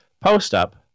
post-up